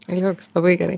liuks labai gerai